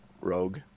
rogue